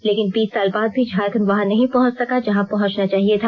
लेकिन बीस साल बाद भी झारखंड वहां नहीं पहुंच सका जहां पहुंचना चाहिए था